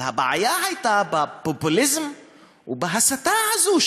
אבל הבעיה הייתה בפופוליזם ובהסתה הזו,